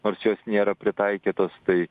nors jos nėra pritaikytos tai